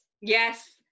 Yes